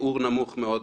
שיעור נמוך מאוד.